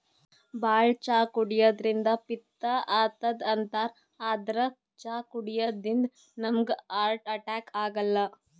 ಭಾಳ್ ಚಾ ಕುಡ್ಯದ್ರಿನ್ದ ಪಿತ್ತ್ ಆತದ್ ಅಂತಾರ್ ಆದ್ರ್ ಚಾ ಕುಡ್ಯದಿಂದ್ ನಮ್ಗ್ ಹಾರ್ಟ್ ಅಟ್ಯಾಕ್ ಆಗಲ್ಲ